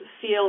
feel